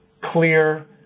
clear